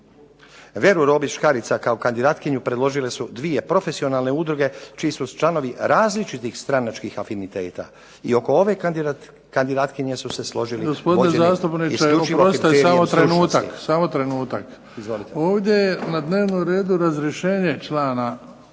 Veru Robić Škarica kao kandidatkinju predložile su dvije profesionalne udruge čiji su članovi različitih stranačkih afiniteta i oko ove kandidatkinje su se složili ... **Bebić, Luka